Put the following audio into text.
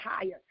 tired